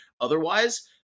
otherwise